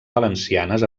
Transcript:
valencianes